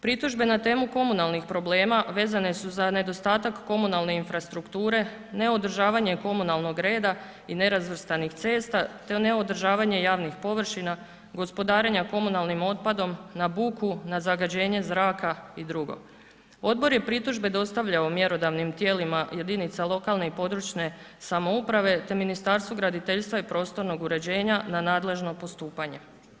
Pritužbe na temu komunalnih problema vezane su za nedostatak komunalne infrastrukture, neodržavanje komunalnog reda i nerazvrstanih cesta te neodržavanje javnih površina, gospodarenja komunalnim otpadom, na buku, na zagađenje zraka i dr. Odbor je pritužbe dostavljao mjerodavnim tijelima jedinica lokalne i područne samouprave te Ministarstvu graditeljstva i prostornog uređenja na nadležno postupanje.